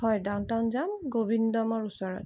হয় downtown যাম গ'বিন্দামৰ ওচৰত